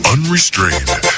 Unrestrained